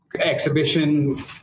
exhibition